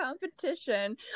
competition